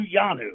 Yanu